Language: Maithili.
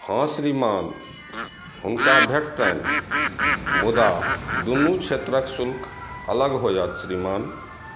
हँ श्रीमान हुनका भेटतनि मुदा दुनू क्षेत्रक शुल्क अलग होयत श्रीमान